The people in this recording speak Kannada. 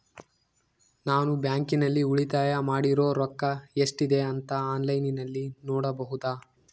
ನಾನು ಬ್ಯಾಂಕಿನಲ್ಲಿ ಉಳಿತಾಯ ಮಾಡಿರೋ ರೊಕ್ಕ ಎಷ್ಟಿದೆ ಅಂತಾ ಆನ್ಲೈನಿನಲ್ಲಿ ನೋಡಬಹುದಾ?